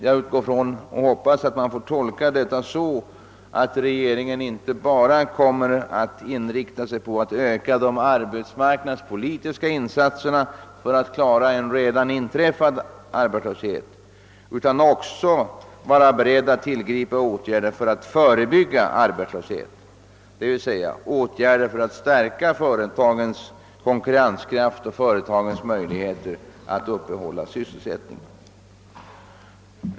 Jag utgår från och hoppas — att detta får tolkas så, att regeringen inte bara kommer att inrikta sig på att öka de arbetsmarknadspolitiska insatserna för att klara en redan inträffad arbetslöshet utan också är beredd att tillgripa åtgärder för att förebygga arbetslöshet, d.v.s. åtgärder för att stärka företagens konkurrenskraft och deras möjligheter att upprätthålla sysselsättningen.